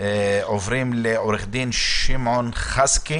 אנחנו עוברים לעורך דין שמעון חסקי